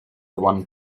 one